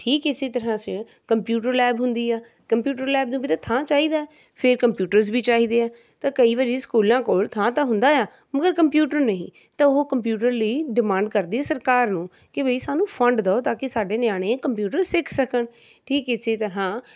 ਠੀਕ ਇਸੀ ਤਰ੍ਹਾਂ 'ਚ ਕੰਪਿਊਟਰ ਲੈਬ ਹੁੰਦੀ ਆ ਕੰਪਿਊਟਰ ਲੈਬ ਨੂੰ ਵੀ ਤਾਂ ਥਾਂ ਚਾਹੀਦਾ ਹੈ ਫਿਰ ਕੰਪਿਊਟਰਸ ਵੀ ਚਾਹੀਦੇ ਆ ਤਾਂ ਕਈ ਵਾਰੀ ਸਕੂਲਾਂ ਕੋਲ ਥਾਂ ਤਾਂ ਹੁੰਦਾ ਆ ਮਗਰ ਕੰਪਿਊਟਰ ਨਹੀਂ ਤਾਂ ਉਹ ਕੰਪਿਊਟਰ ਲਈ ਡੀਮਾਂਡ ਕਰਦੀ ਹੈ ਸਰਕਾਰ ਨੂੰ ਕਿ ਵਈ ਸਾਨੂੰ ਫੰਡ ਦਓ ਤਾਂ ਕਿ ਸਾਡੇ ਨਿਆਣੇ ਕੰਪਿਊਟਰ ਸਿੱਖ ਸਕਣ ਠੀਕ ਇਸੀ ਤਰ੍ਹਾਂ